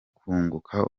kunguka